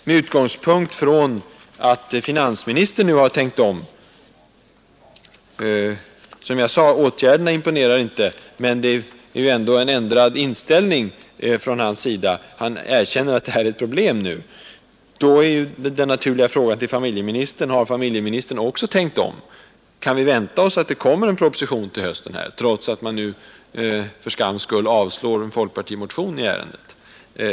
Men det är ju ändå en ändrad inställning från finansministerns sida — han har tänkt om och erkänner att det här är ett problem. Då är den naturliga frågan till familjeministern: Har familjeministern också tänkt om? Kan vi vänta oss att det kommer en proposition till hösten, trots att man nu för skams skull avslår en folkpartimotion i ärendet?